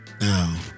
now